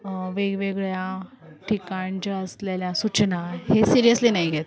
वेगवेगळ्या ठिकाणच्या असलेल्या सूचना हे सिरियसली नाही घेत